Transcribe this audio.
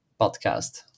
podcast